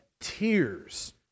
tears